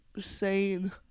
sane